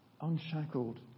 unshackled